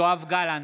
יואב גלנט,